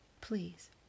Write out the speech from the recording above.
Please